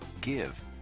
Give